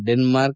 Denmark